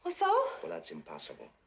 so? but that's impossible.